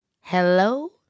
Hello